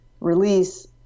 release